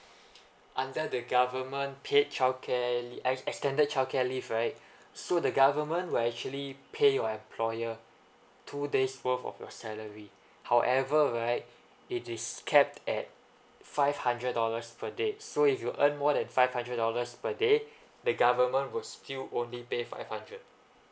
under the government paid childcare e~ extended childcare leave right so the government will actually pay your employer two days worth of your salary however right it is capped at five hundred dollars per day so if you earn more than five hundred dollars per day the government will still only pay five hundred